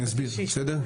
אני אסביר, בסדר?